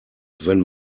wenn